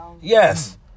Yes